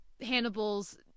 Hannibal's